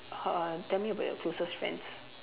uh tell me about your closest friends